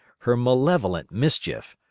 her malevolent mischief,